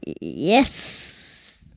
Yes